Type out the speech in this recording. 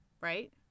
right